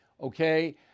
okay